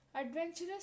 Adventurous